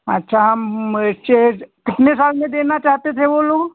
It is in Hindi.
अच्छा हम ए कितने साल में देना चाहते थे वो लोग